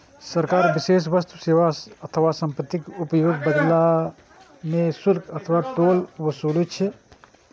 सरकार विशेष वस्तु, सेवा अथवा संपत्तिक उपयोगक बदला मे शुल्क अथवा टोल ओसूलै छै